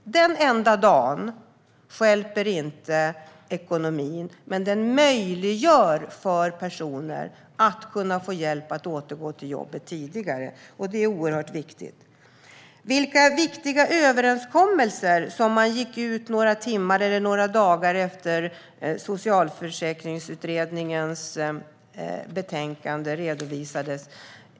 Denna enda dag stjälper inte ekonomin, men den möjliggör för personer att få hjälp att återgå till jobbet tidigare, vilket är oerhört viktigt. Herr talman! Jag skulle vilja ha vetat vilka viktiga överenskommelser som man gick ut och sågade några timmar eller några dagar efter att Socialförsäkringsutredningens betänkande redovisades.